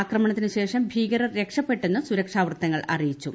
ആക്രമണത്തിനുശേഷം ഭീകരർ രക്ഷപ്പെട്ടെന്നു സുരക്ഷാവൃത്തങ്ങൾ അറിയിച്ചു